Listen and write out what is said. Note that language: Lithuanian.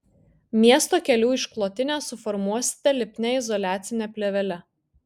miesto kelių išklotinę suformuosite lipnia izoliacine plėvele